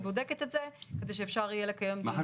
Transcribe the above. היא בודקת את האפשרות לקיים דיון נוסף.